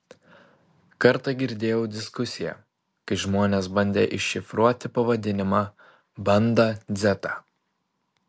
kartą girdėjau diskusiją kai žmonės bandė iššifruoti pavadinimą bandą dzeta